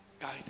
Guide